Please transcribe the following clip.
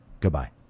Goodbye